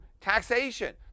taxation